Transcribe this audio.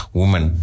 woman